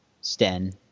Sten